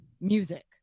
music